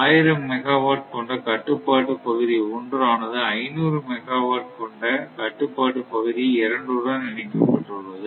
1000 megawatt கொண்ட கட்டுப்பாட்டு பகுதி 1 ஆனது 500 மெகாவாட் கொண்ட கட்டுப்பாட்டு பகுதி 2 உடன் இணைக்கப்பட்டுள்ளது